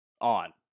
on